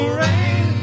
rain